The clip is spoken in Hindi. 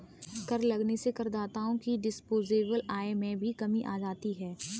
कर लगने से करदाताओं की डिस्पोजेबल आय में भी कमी आ जाती है